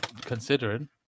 considering